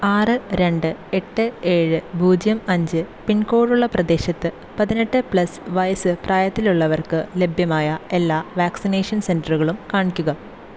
ആറ് രണ്ട് എട്ട് ഏഴ് പൂജ്യം അഞ്ച് പിൻകോഡുള്ള പ്രദേശത്ത് പതിനെട്ട് പ്ലസ് വയസ്സ് പ്രായത്തിലുള്ളവർക്ക് ലഭ്യമായ എല്ലാ വാക്സിനേഷൻ സെൻ്ററുകളും കാണിക്കുക